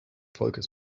volkes